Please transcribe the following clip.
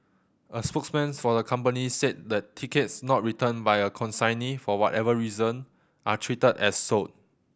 a spokesman for the company said that tickets not returned by a consignee for whatever reason are treated as sold